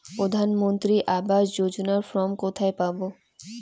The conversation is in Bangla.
প্রধান মন্ত্রী আবাস যোজনার ফর্ম কোথায় পাব?